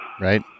Right